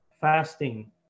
fasting